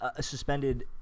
suspended